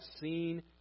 seen